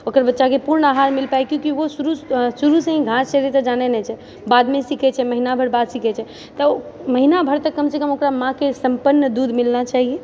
ओकर बच्चाके पूर्ण आहार मील पाए क्युकी वो शुरू शुरू से ही घास चरए तऽ जानै नहि छै बादमे सिखय छै महीना भर बाद सिखय छै तऽ महीना भर तऽ कमसँ कम ओकरा माँके सम्पन्न दूध मिलना चाहिए